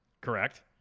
correct